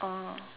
orh